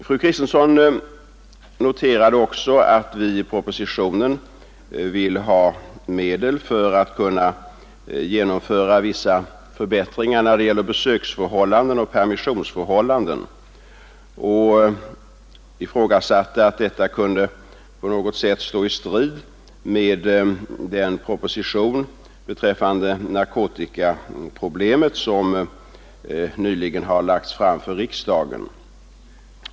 Fru Kristensson noterade också att vi i propositionen vill ha medel för att kunna genomföra vissa förbättringar när det gäller besöksförhållanden och permissionsförhållanden och ifrågasatte att detta kunde på något sätt stå i strid med den proposition beträffande narkotikaproblemet som nyligen har lagts fram för riksdagen.